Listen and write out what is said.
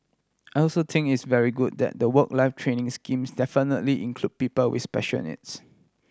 I also think it's very good that the training schemes definitively include people with special needs